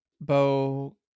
Bo